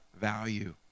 value